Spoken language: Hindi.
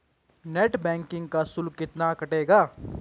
नेट बैंकिंग का शुल्क कितना कटेगा?